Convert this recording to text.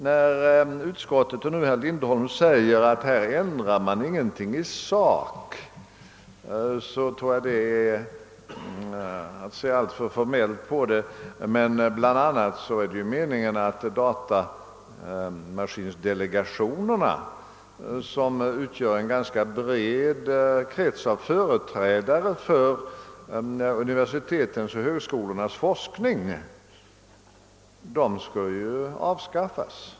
När nu utskottet och herr Lindholm säger att man inte ändrar någonting i sak, tror jag att detta är att se alltför formellt på frågan, ty det är bl.a. meningen att datamaskindelegationerna, som utgör en ganska bred krets av företrädare för universitetens och högskolornas forskning, skall avskaffas.